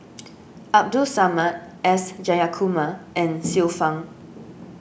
Abdul Samad S Jayakumar and Xiu Fang